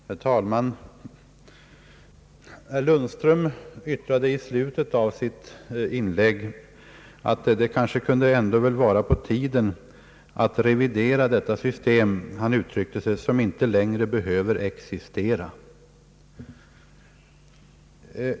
Herr talman! Herr Lundström yttrade i slutet av sitt inlägg att det kunde vara på tiden att revidera detta system som enligt vad han sade inte längre behöver existera.